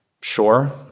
Sure